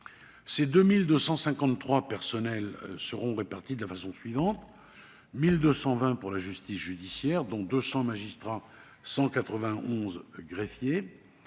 Ces 2 253 personnels seront répartis de la façon suivante : 1 220 pour la justice judiciaire, dont 200 magistrats et 191 greffiers,